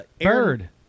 Bird